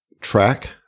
track